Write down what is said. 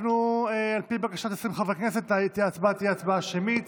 על פי בקשת 20 חברי כנסת, ההצבעה תהיה שמית.